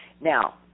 Now